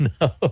no